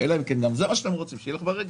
אלא אם כן זה מה שאתם רוצים, שילך ברגל.